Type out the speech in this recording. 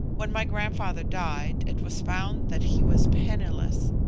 when my grandfather died, it was found that he was penniless.